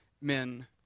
men